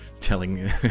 telling